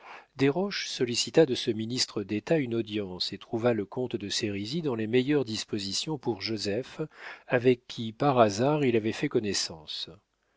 presles desroches sollicita de ce ministre d'état une audience et trouva le comte de sérizy dans les meilleures dispositions pour joseph avec qui par hasard il avait fait connaissance